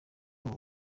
muri